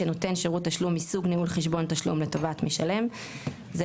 שנותן שירות תשלום מסוג ניהול חשבון תשלום לטובת משלם;"; זה